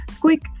quick